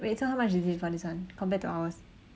wait so how much is it for this one compared to ours